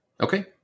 Okay